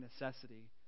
necessity